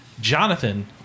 Jonathan